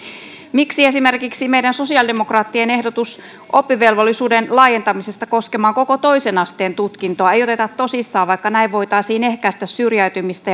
miksi esimerkiksi meidän sosiaalidemokraattien ehdotusta oppivelvollisuuden laajentamisesta koskemaan koko toisen asteen tutkintoa ei oteta tosissaan vaikka näin voitaisiin ehkäistä syrjäytymistä